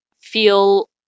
feel